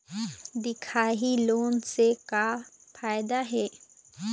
दिखाही लोन से का फायदा हे?